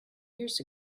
years